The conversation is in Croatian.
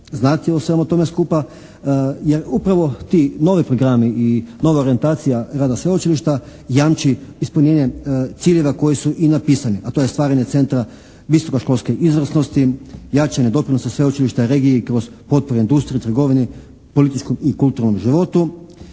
znati o svemu tome skupa. Jer upravo ti novi programi i nova orijentacija rada sveučilišta jamči ispunjenje ciljeva koji su i napisani, a to je stvaranje centra visokoškolske izvrsnosti, jačanje doprinosa sveučilišta regiji kroz potporu u industriji, trgovini, političkom i kulturnom životu.